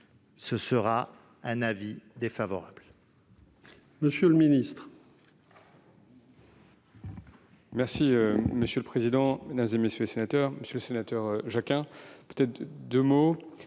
émettra un avis défavorable.